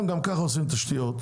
הם גם ככה עושים תשתיות,